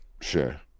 Sure